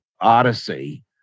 odyssey